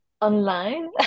online